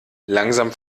langsam